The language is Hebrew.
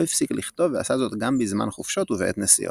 לא הפסיק לכתוב ועשה זאת גם בזמן חופשות ובעת נסיעות.